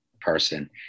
person